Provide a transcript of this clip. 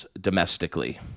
domestically